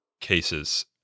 cases